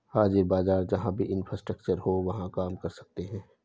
हाजिर बाजार जहां भी इंफ्रास्ट्रक्चर हो वहां काम कर सकते हैं